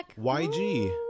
YG